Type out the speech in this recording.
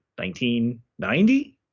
1990